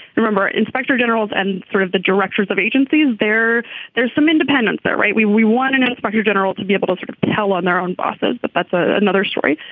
remember inspector generals and sort of the directors of agencies there there's some independent thought right. we we want an inspector general to be able to sort of tell on their own bosses. but but that's another story.